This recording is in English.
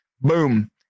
boom